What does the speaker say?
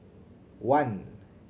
one